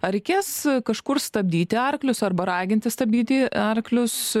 ar reikės kažkur stabdyti arklius arba raginti stabdyti arklius